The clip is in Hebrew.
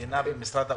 המדינה ומשרד האוצר,